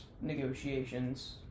negotiations